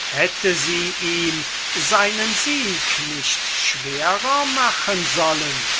hätte sie ihm seinen sieg nicht schwerer machen sollen